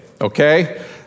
okay